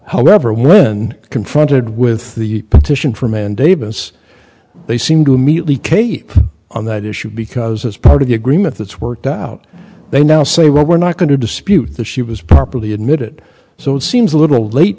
however when confronted with the petition from and davis they seemed to immediately cape on that issue because as part of the agreement that's worked out they now say well we're not going to dispute that she was properly admitted so it seems a little late